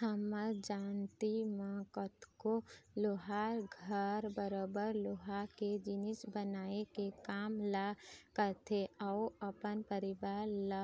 हमर जानती म कतको लोहार घर बरोबर लोहा के जिनिस बनाए के काम ल करथे अउ अपन परिवार ल